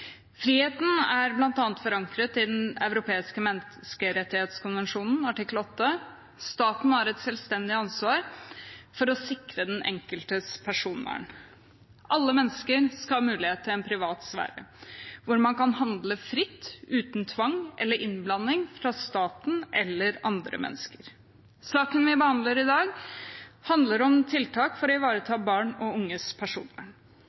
Friheten er bl.a. forankret i Den europeiske menneskerettskonvensjonen art. 8. Staten har et selvstendig ansvar for å sikre den enkeltes personvern. Alle mennesker skal ha mulighet til en privat sfære hvor man kan handle fritt, uten tvang eller innblanding fra staten eller andre mennesker. Saken vi behandler i dag, handler om tiltak for å ivareta barn og unges personvern.